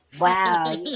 Wow